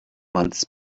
months